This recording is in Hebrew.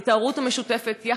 ההורות המשותפת,